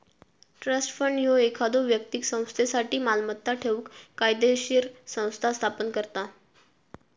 trust fund ह्यो एखाद्यो व्यक्तीक संस्थेसाठी मालमत्ता ठेवूक कायदोशीर संस्था स्थापन करता